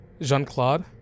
Jean-Claude